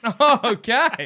Okay